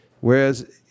Whereas